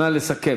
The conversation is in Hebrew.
נא לסכם.